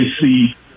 see